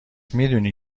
میدونی